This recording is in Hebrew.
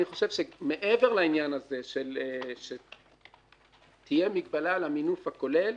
אני חושב שמעבר לעניין הזה שתהיה מגבלה על המינוף הכולל,